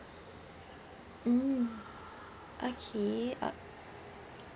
mm okay